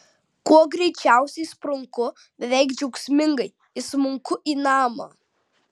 kuo greičiausiai sprunku beveik džiaugsmingai įsmunku į namą